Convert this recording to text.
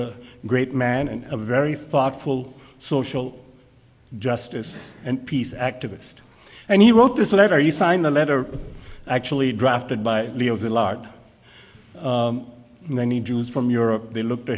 a great man and a very thoughtful social justice and peace activist and he wrote this letter you signed a letter actually drafted by many jews from europe they look to